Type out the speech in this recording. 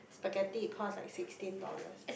spaghetti it cost like sixteen dollars